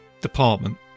department